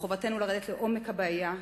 ומחובתנו לרדת לעומק הבעיה,